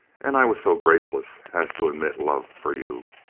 and i was so graceless as to admit love for you!